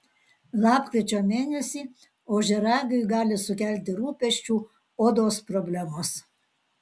lapkričio mėnesį ožiaragiui gali sukelti rūpesčių odos problemos